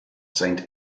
saint